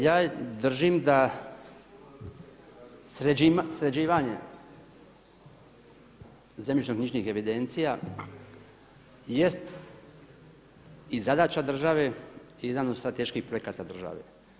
Ja držim da sređivanje zemljišno-knjižnih evidencija jest i zadaća države i jedan od strateških projekata države.